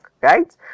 Right